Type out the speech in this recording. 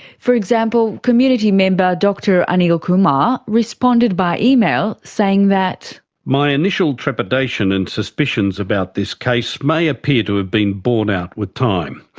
for example, community member dr anil kumar responded by email saying that reading my initial trepidation and suspicions about this case may appear to have been borne out with time.